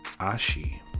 Ashi